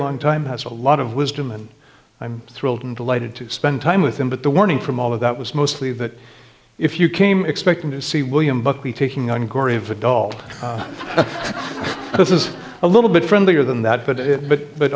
long time has a lot of wisdom and i'm thrilled and delighted to spend time with him but the warning from all of that was mostly that if you came expecting to see william buckley taking on korea's adult this is a little bit friendlier than that but it but